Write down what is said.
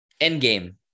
Endgame